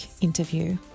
interview